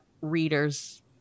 readers